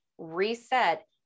reset